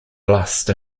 lust